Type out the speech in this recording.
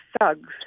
thugs